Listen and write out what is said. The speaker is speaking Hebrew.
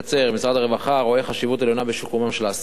משרד הרווחה רואה חשיבות עליונה בשיקומם של האסירים,